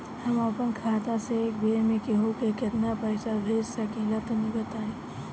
हम आपन खाता से एक बेर मे केंहू के केतना पईसा भेज सकिला तनि बताईं?